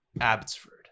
Abbotsford